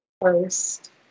first